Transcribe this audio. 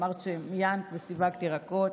אמרת שמיינת וסיווגת ירקות,